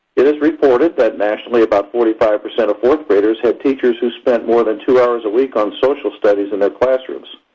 it is reported that nationally about forty five percent of fourth graders had teachers who spent more than two hours a week on social studies in their classrooms.